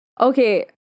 Okay